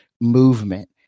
movement